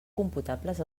computables